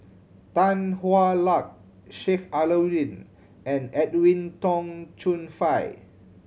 Tan Hwa Luck Sheik Alau'ddin and Edwin Tong Chun Fai